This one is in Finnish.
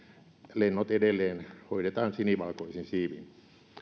lennot edelleen hoidetaan sinivalkoisin siivin